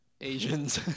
Asians